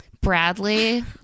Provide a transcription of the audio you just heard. Bradley